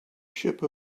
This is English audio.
ship